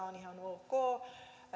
on ihan ok